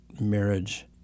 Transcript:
marriage